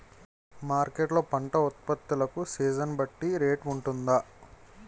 Market లొ పంట ఉత్పత్తి లకు సీజన్ బట్టి రేట్ వుంటుందా?